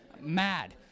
mad